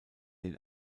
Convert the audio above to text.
dem